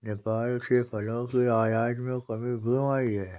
नेपाल से फलों के आयात में कमी क्यों आ गई?